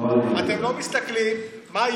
אתם לא מסתכלים איך